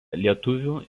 lietuvių